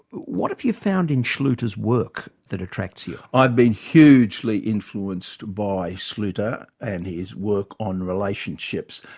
what have you found in schluter's work that attracts you? i've been hugely influenced by schluter and his work on relationships,